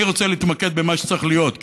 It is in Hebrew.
אני רוצה להתמקד במה שצריך להיות,